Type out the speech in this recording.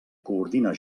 coordina